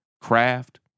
craft